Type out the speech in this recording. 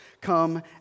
come